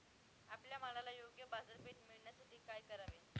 आपल्या मालाला योग्य बाजारपेठ मिळण्यासाठी काय करावे?